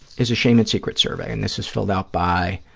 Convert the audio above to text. is a shame and secrets survey, and this is filled out by